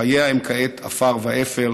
/ חייה הם כעת עפר ואפר.